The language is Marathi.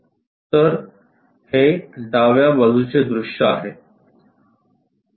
तर ते डाव्या बाजूचे दृश्य आहे